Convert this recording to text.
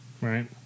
right